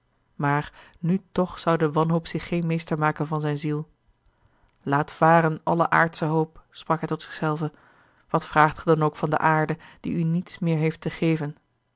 maar nu toch zou de wanhoop zich geen meester maken van zijne ziel laat varen alle aardsche hoop sprak hij tot zich zelven wat vraagt gij dan ook van de aarde die u niets meer heeft